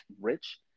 rich